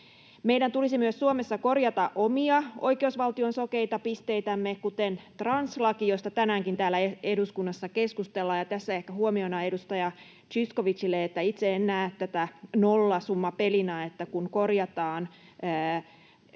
Meidän tulisi myös Suomessa korjata omia oikeusvaltion sokeita pisteitämme, kuten translaki, josta tänäänkin täällä eduskunnassa keskustellaan — ja tässä ehkä huomiona edustaja Zyskowiczille, että itse en näe tätä nollasummapelinä, että kun korjataan